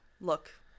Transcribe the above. look